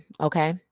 okay